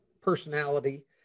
personality